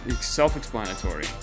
self-explanatory